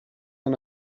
and